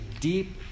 deep